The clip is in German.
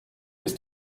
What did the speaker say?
ist